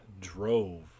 drove